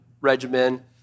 regimen